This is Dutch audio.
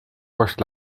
borst